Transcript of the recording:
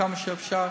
כמה שאפשר,